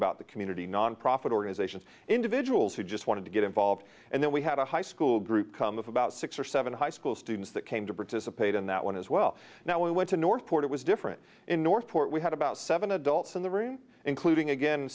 about the community nonprofit organizations individuals who just wanted to get involved and then we had a high school group come about six or seven high school students that came to participate in that one as well now we went to north port it was different in northport we had about seven adults in the room including again